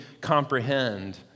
comprehend